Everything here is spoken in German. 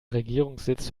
regierungssitz